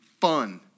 fun